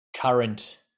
current